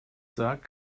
sagt